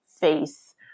face